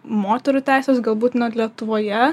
moterų teisės galbūt net lietuvoje